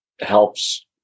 helps